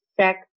sex